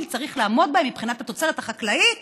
צריך לעמוד בהם מבחינת התוצרת החקלאית